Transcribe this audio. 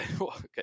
Okay